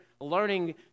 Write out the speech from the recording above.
learning